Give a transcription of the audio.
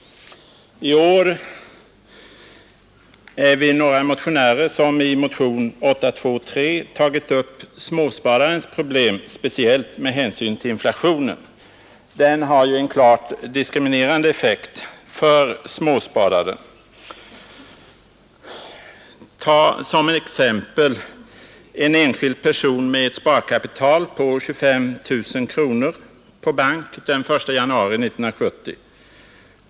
I år är vi några motionärer som i motionen 823 tagit upp småspararnas problem, speciellt med hänsyn till inflationen. Den har ju en klart diskriminerande effekt för småspararna. Tag som exempel en enskild person med ett sparkapital på 25 000 kronor innestående på bank den 1 januari 1970.